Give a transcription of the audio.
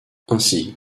ainsi